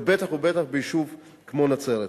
ובטח ובטח ביישוב כמו נצרת.